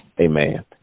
Amen